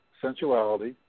sensuality